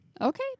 Okay